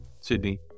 Sydney